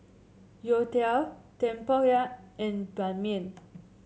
youtiao tempoyak and Ban Mian